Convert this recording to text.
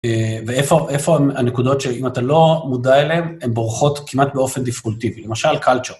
ואיפה הנקודות שאם אתה לא מודע אליהן, הן בורחות כמעט באופן דפקולטיבי, למשל קלצ'ו.